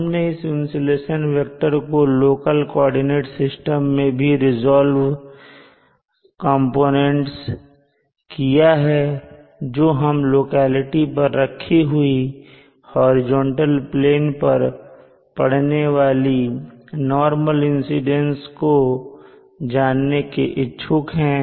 हमने इस insolation vector को लोकल कोऑर्डिनेट सिस्टम में भी कंपोनेंट्स किया है और हम लोकेलिटी पर रखी हुई हॉरिजॉन्टल प्लेन पर पडने वाली नॉरमल इंसीडेंस को जानने के इच्छुक हैं